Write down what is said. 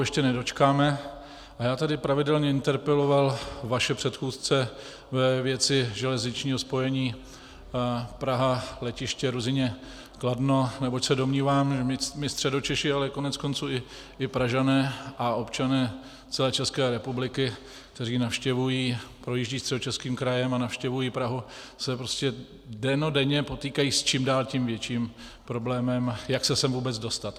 A já tady pravidelně interpeloval vaše předchůdce ve věci železničního spojení Praha letiště Ruzyně Kladno, neboť se domnívám, že my Středočeši, ale koneckonců i Pražané a občané celé České republiky, kteří projíždějí Středočeským krajem a navštěvují Prahu, se prostě dennodenně potýkáme s čím dál tím větším problémem, jak se sem vůbec dostat.